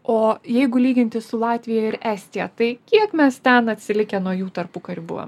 o jeigu lyginti su latvija ir estija tai kiek mes ten atsilikę nuo jų tarpukariu buvo